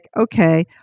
okay